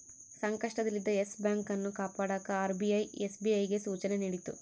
ಸಂಕಷ್ಟದಲ್ಲಿದ್ದ Yes Bank ಅನ್ನು ಕಾಪಾಡಕ ಆರ್.ಬಿ.ಐ ಎಸ್.ಬಿ.ಐಗೆ ಸೂಚನೆ ನೀಡಿತು